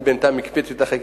אני בינתיים הקפאתי את החקיקה,